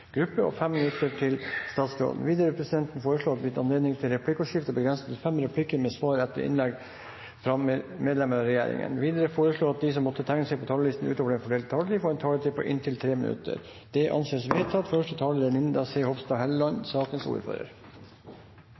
gruppe og 5 minutter til statsråden. Videre vil presidenten foreslå at det blir gitt anledning til replikkordskifte begrenset til fem replikker med svar etter innlegg fra medlemmer av regjeringen. Videre foreslås det at de som måtte tegne seg på talerlisten utover den fordelte taletid, får en taletid på inntil 3 minutter. – Det anses vedtatt. Dagen i dag er